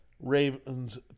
Ravens